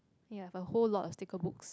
ya have a whole lot of sticker books